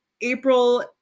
April